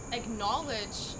acknowledge